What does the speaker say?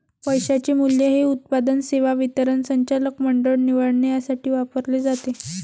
पैशाचे मूल्य हे उत्पादन, सेवा वितरण, संचालक मंडळ निवडणे यासाठी वापरले जाते